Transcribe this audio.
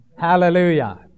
Hallelujah